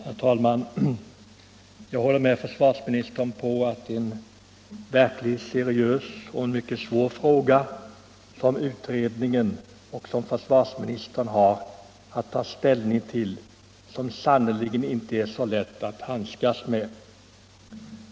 Herr talman! Jag håller med försvarsministern om att det är en verkligt seriös och svår fråga som utredningen och försvarsministern har att ta ställning till, en fråga som sannerligen inte är så lätt att handskas med.